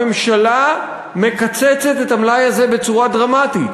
הממשלה מקצצת את המלאי הזה בצורה דרמטית,